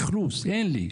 אכלוס, אין לי.